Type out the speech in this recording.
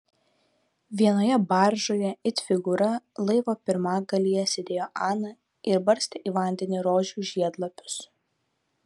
vienoje baržoje it figūra laivo pirmgalyje sėdėjo ana ir barstė į vandenį rožių žiedlapius